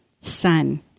Son